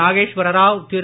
Nageswara Rao Thiru